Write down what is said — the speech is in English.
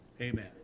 amen